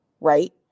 Right